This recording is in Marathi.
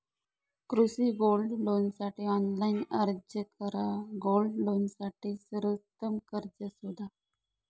कृषी गोल्ड लोनसाठी ऑनलाइन अर्ज करा गोल्ड लोनसाठी सर्वोत्तम कर्ज शोधा